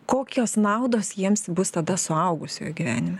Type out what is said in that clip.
kokios naudos jiems bus tada suaugusiojo gyvenime